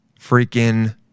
freaking